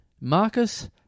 Marcus